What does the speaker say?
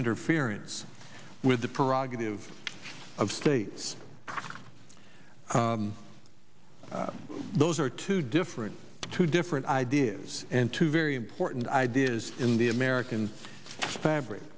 interference with the prerogative of states those are two different two different ideas and two very important ideas in the american fabric